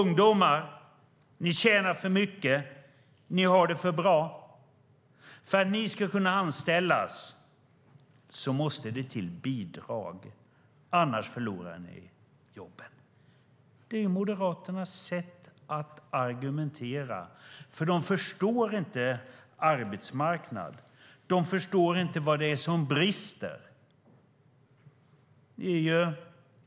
Ni tjänar för mycket, ungdomar, och ni har det för bra! För att ni ska kunna anställas måste det till bidrag, annars förlorar ni jobben. Det är Moderaternas sätt att argumentera, för de förstår inte arbetsmarknaden. De förstår inte vad det är som brister.